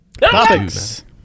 Topics